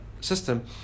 system